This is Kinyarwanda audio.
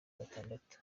batandatu